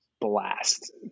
blast